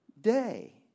day